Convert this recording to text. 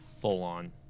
full-on